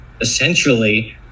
essentially